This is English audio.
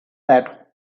that